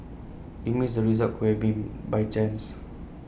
this meant the results could have been by chance